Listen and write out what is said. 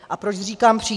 A proč říkám přímý?